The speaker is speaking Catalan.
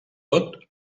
tot